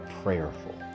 prayerful